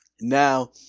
Now